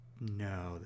No